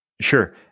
Sure